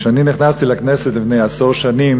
כשאני נכנסתי לכנסת לפני עשור שנים,